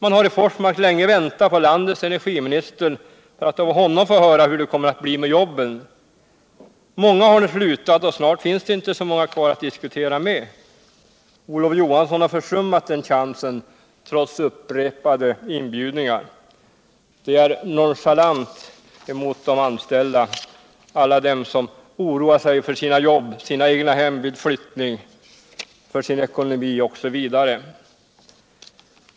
Man har i Forsmark länge väntat på landets energiminister för att av honom få höra hur det kommer att bli med jobben. Många arbetare har nu slutat, och snart finns det inte så många kvar att diskutera med. Olof Johansson har försummat den chansen trots upprepade inbjudningar. Det är nonchalant mot de anställda. mot alla dem som så länge orouts för sina jobb. Energiforskning, - sina egnahem vid flyttning, sin ekonomi osv.